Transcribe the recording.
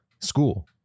school